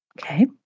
Okay